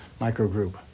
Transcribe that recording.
microgroup